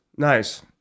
nice